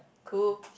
cool